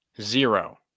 Zero